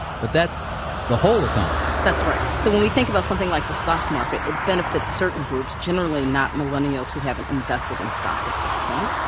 but that's the whole economy that's right. so when we think about something like the stock market, it benefits certain groups, generally not millennials who haven't invested in stock at this point.